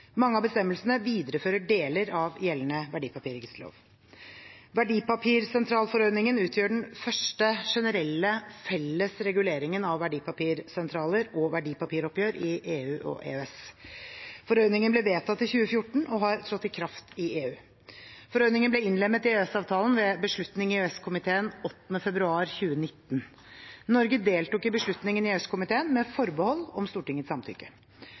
Mange av bestemmelsene viderefører deler av gjeldende verdipapirregisterlov. Verdipapirsentralforordningen utgjør den første generelle felles reguleringen av verdipapirsentraler og verdipapiroppgjør i EU/EØS. Forordningen ble vedtatt i 2014 og har trådt i kraft i EU. Forordningen ble innlemmet i EØS-avtalen ved beslutning i EØS-komiteen 8. februar 2019. Norge deltok i beslutningen i EØS-komiteen med forbehold om Stortingets samtykke.